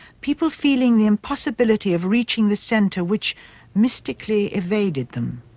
people feeling the impossibility of reaching the center which mystically evaded them.